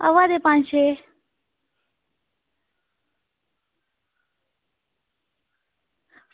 आवा दे पंज छे